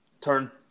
turn